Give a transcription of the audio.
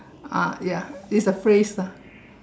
ah ya it's free ah